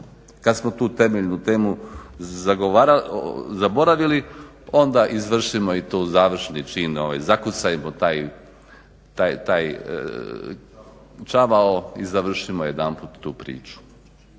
Kad smo tu temeljnu temu zaboravili, onda izvršimo i tu i završni čin, zakucajmo taj čavao i završimo jedanput tu priču.